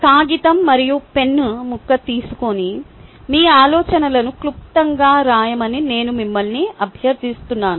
కాగితం మరియు పెన్ను ముక్క తీసుకొని మీ ఆలోచనలను క్లుప్తంగా రాయమని నేను మిమ్మల్ని అభ్యర్థిస్తున్నాను